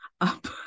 up